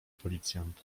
policjant